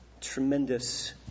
Tremendous